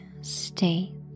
state